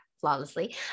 flawlessly